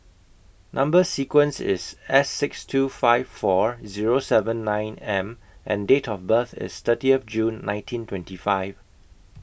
Number sequence IS S six two five four Zero seven nine M and Date of birth IS thirtieth June nineteen twenty five